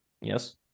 Yes